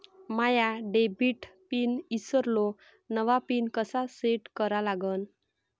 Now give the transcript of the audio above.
माया debit pin ईसरलो, नवा pin कसा सेट करा लागन?